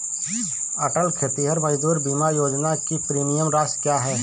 अटल खेतिहर मजदूर बीमा योजना की प्रीमियम राशि क्या है?